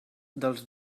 dels